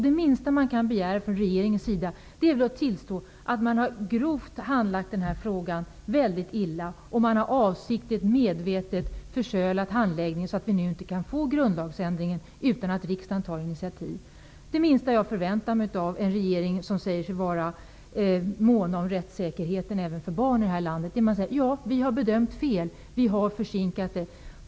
Det minsta som man kan begära av regeringen är att den tillstår att man har handlagt denna fråga mycket illa och medvetet har sölat med handläggningen, så att vi nu inte kan få en grundlagsändring utan att riksdagen tar ett initiativ. Det minsta som jag förväntar mig av en regering som säger sig vara mån om rättssäkerheten även för barn i vårt land är att den säger: Vi har bedömt fel. Vi har försinkat handläggningen.